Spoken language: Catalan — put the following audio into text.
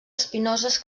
espinoses